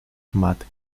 tomate